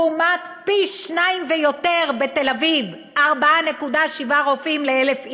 לעומת פי-שניים ויותר בתל-אביב: 4.7 רופאים ל-1,000 איש?